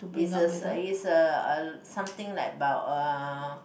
is uh is uh something like about uh